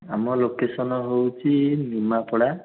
ଆମ ଲୋକେସନ୍ ହେଉଛି ନିମାପଡ଼ା